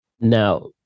Now